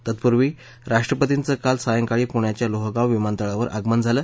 तत्पूर्वी राष्ट्रपतींचं काल सायंकाळी पुण्याच्या लोहगाव विमानतळावर आगमन झालं